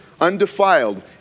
undefiled